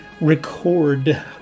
record